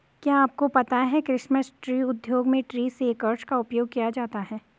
क्या आपको पता है क्रिसमस ट्री उद्योग में ट्री शेकर्स का उपयोग किया जाता है?